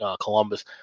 Columbus